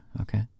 okay